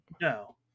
no